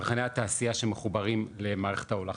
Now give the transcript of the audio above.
צרכני התעשייה שמחוברים למערכת ההולכה,